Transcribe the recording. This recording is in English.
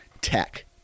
tech